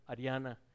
Ariana